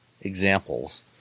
examples